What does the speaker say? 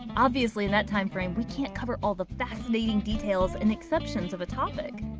obviously, in that timeframe, we can't cover all the fascinating details and exceptions of a topic.